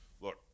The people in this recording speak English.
Look